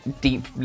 deep